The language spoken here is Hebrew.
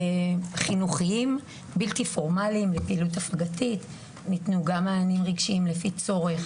חינוכיים בלתי פורמליים שייתנו גם מענים רגשיים לפי צורך.